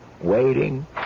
waiting